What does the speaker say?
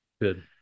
good